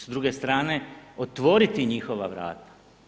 S druge strane, otvoriti njihova vrata.